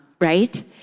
right